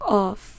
off